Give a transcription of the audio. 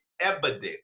evident